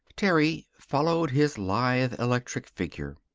terry followed his lithe, electric figure.